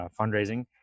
fundraising